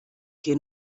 que